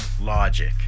logic